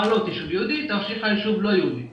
מעלות יישוב יהודי, תרשיחא יישוב לא יהודי.